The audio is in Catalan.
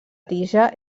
tija